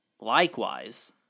Likewise